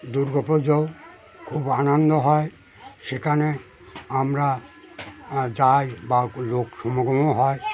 দুর্গা পুজোও খুব আনন্দ হয় সেখানে আমরা যাই বা লোক সমাগমও হয়